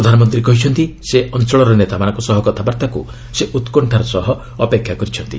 ପ୍ରଧାନମନ୍ତ୍ରୀ କହିଛନ୍ତି ସେ ଅଞ୍ଚଳର ନେତାମାନଙ୍କ ସହ କଥାବାର୍ତ୍ତାକୁ ସେ ଉତ୍କଶ୍ୱାର ସହ ଅପେକ୍ଷା କରିଛନ୍ତି